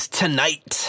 tonight